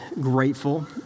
grateful